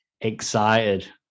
excited